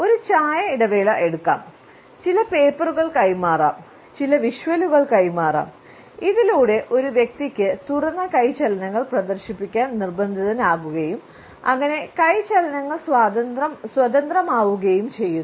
ഒരു ചായ ഇടവേള എടുക്കാം ചില പേപ്പറുകൾ കൈമാറാം ചില വിഷ്വലുകൾ കൈമാറാം ഇതിലൂടെ ഒരു വ്യക്തിക്ക് തുറന്ന കൈ ചലനങ്ങൾ പ്രദർശിപ്പിക്കാൻ നിർബന്ധിതനാകുകയും അങ്ങനെ കൈ ചലനങ്ങൾ സ്വതന്ത്രമാവുകയും ചെയ്യുന്നു